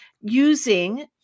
using